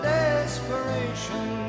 desperation